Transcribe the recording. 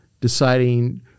deciding